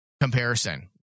comparison